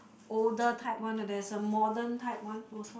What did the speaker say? older type one there there is a modern type one also